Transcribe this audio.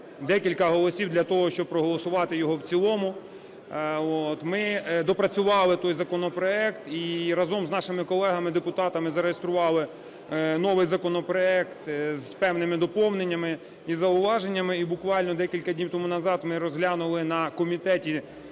декілька голосів для того, щоб проголосувати його в цілому от. Ми доопрацювали той законопроект і разом з нашими колегами депутатами зареєстрували новий законопроект з певними доповненнями і зауваженнями. І буквально декілька днів тому назад ми розглянули на комітеті